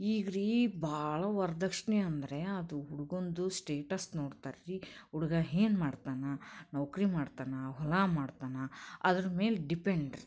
ಈಗ ರೀ ಭಾಳ ವರ್ದಕ್ಷಿಣೆ ಅಂದರೆ ಅದು ಹುಡುಗಂದು ಸ್ಟೇಟಸ್ ನೋಡ್ತಾರೆ ರೀ ಹುಡ್ಗ ಏನ್ ಮಾಡ್ತನೆ ನೌಕರಿ ಮಾಡ್ತಾನ ಹೊಲ ಮಾಡ್ತಾನ ಅದ್ರ ಮೇಲೆ ಡಿಪೆಂಡ್ ರೀ